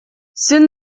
soon